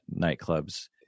nightclubs